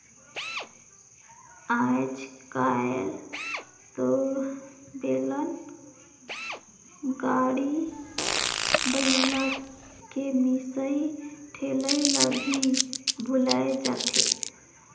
आयज कायल तो बेलन, गाड़ी, बइला के मिसई ठेलई ल भी भूलाये जाथे